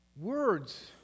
Words